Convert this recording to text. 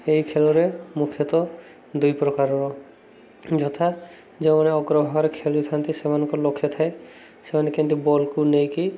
ଏହି ଖେଳରେ ମୁଖ୍ୟତଃ ଦୁଇ ପ୍ରକାରର ଯଥା ଯେଉଁମାନେ ଅଗ୍ରଭାଗରେ ଖେଳିଥାନ୍ତି ସେମାନଙ୍କ ଲକ୍ଷ୍ୟ ଥାଏ ସେମାନେ କେମିତି ବଲ୍କୁ ନେଇକି